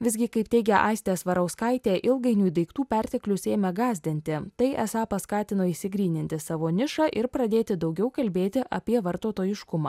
visgi kaip teigia aistė svarauskaitė ilgainiui daiktų perteklius ėmė gąsdinti tai esą paskatino išsigryninti savo nišą ir pradėti daugiau kalbėti apie vartotojiškumą